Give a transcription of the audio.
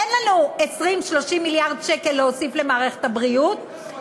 אין לנו 30-20 מיליארד שקל להוסיף למערכת הבריאות,